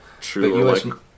True